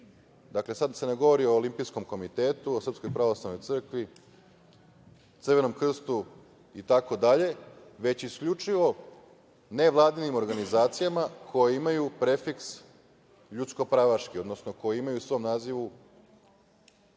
Dakle, sada se ne govori o Olimpijskom komitetu, o SPC, Crvenom krstu, itd, već isključivo nevladinim organizacijama koje imaju prefiks ljudsko-pravaški, odnosno koje imaju u svom nazivu